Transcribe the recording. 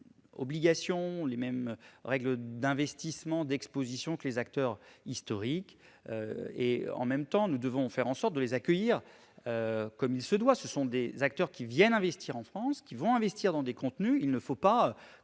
obligations, les mêmes règles d'investissement et d'exposition, que les acteurs historiques ; en même temps, nous devons les accueillir comme il se doit : ce sont des acteurs qui viennent investir en France dans des contenus, il ne faut pas